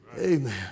Amen